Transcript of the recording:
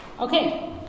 Okay